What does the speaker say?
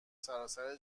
سراسر